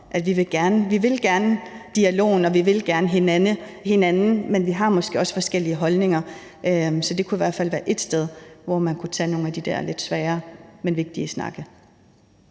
og gerne vil hinanden, men vi har måske også forskellige holdninger. Så det kunne i hvert fald være ét sted, hvor man kunne tage nogle af de der lidt svære, men vigtige snakke.